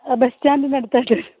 ബസ്സ്റ്റാന്റിന്റെ അടുത്തായിട്ട് വരും